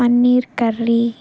paneer curry